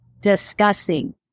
discussing